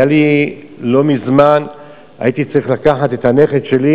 לא מזמן הייתי צריך לקחת את הנכד שלי